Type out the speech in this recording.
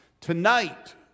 Tonight